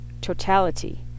totality